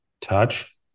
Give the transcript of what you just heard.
touch